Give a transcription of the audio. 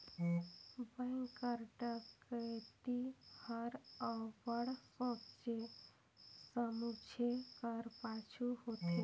bank कर डकइती हर अब्बड़ सोंचे समुझे कर पाछू होथे